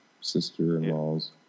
sister-in-law's